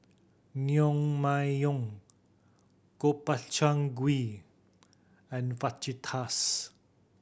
Naengmyeon Gobchang Gui and Fajitas